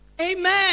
amen